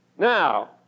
Now